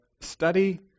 study